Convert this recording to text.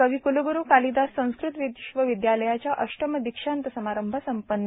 कविकुलग्ररू कालिदास संस्कृत विश्वविद्यालयाच्या अष्टम दीक्षांत समारंभ संपन्न